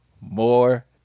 more